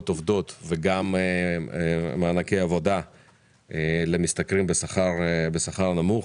עובדות ומענקי עבודה למשתכרים בשכר נמוך.